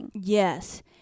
Yes